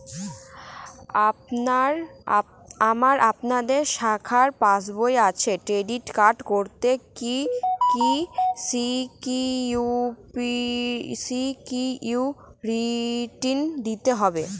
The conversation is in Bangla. আমার আপনাদের শাখায় পাসবই আছে ক্রেডিট কার্ড করতে কি কি সিকিউরিটি দিতে হবে?